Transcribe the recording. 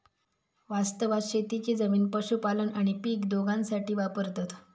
वास्तवात शेतीची जमीन पशुपालन आणि पीक दोघांसाठी वापरतत